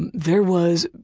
and there was,